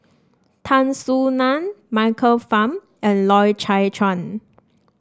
Tan Soo Nan Michael Fam and Loy Chye Chuan